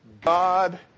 God